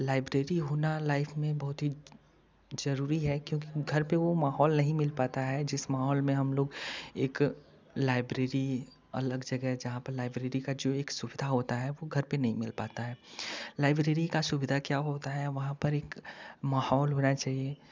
library होना life में बहुत ही ज़रूरी है क्योंकि घर पर वह माहौल नहीं मिल पाता है जिस माहौल में हम लोग एक लाइब्रेरी अलग जगह जहाँ पर लाइब्रेरी का जो एक सुविधा होता है वह घर पर नहीं मिल पाता है लाइब्रेरी का सुविधा क्या होता है वहाँ पर एक माहौल होना चाहिए